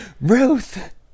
Ruth